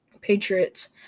Patriots